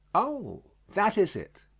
oh, that is it.